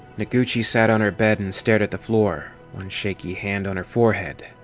noguchi sat on her bed and stared at the floor, one shaky hand on her forehead.